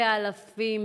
ואלפים,